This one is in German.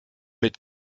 mit